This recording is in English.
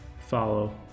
follow